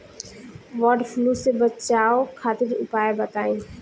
वड फ्लू से बचाव खातिर उपाय बताई?